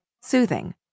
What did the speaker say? Soothing